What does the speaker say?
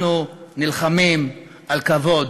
אנחנו נלחמים על כבוד